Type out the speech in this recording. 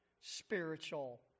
spiritual